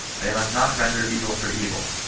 they must not render evil for evil,